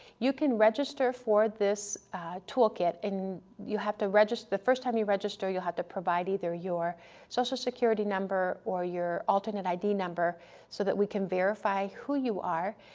you can register for this toolkit and you have to register, the first time you register you'll have to provide either your social security number or your alternate id number so that we can verify who you are,